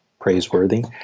praiseworthy